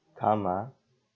karma